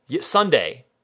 Sunday